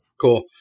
Cool